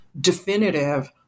definitive –